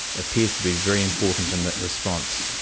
appears to be very important in that response.